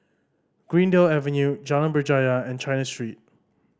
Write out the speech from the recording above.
Greendale Avenue Jalan Berjaya and China Street